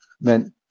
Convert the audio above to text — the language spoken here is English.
meant